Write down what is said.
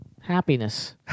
happiness